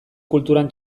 kulturan